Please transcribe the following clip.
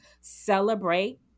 celebrate